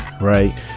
right